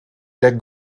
der